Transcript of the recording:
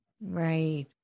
Right